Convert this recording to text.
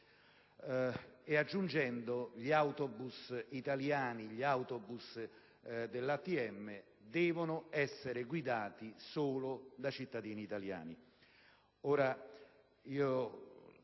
aggiunto che gli autobus italiani, gli autobus dell'ATM, devono essere guidati solo da cittadini italiani.